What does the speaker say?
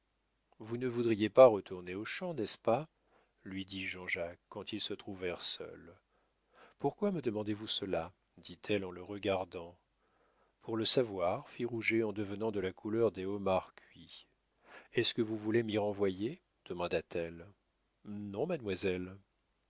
vous ne voudriez pas retourner aux champs n'est-ce pas lui dit jean-jacques quand ils se trouvèrent seuls pourquoi me demandez-vous cela dit-elle en le regardant pour le savoir fit rouget en devenant de la couleur des homards cuits est-ce que vous voulez m'y renvoyer demanda-t-elle non mademoiselle